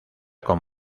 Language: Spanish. con